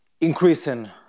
increasing